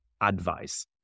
advice